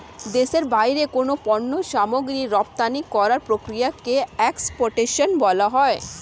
দেশের বাইরে কোনো পণ্য সামগ্রী রপ্তানি করার প্রক্রিয়াকে এক্সপোর্টেশন বলা হয়